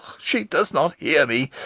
she does not hear me.